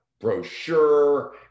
brochure